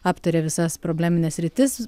aptaria visas problemines sritis